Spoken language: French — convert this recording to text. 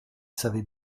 savait